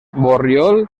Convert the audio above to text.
borriol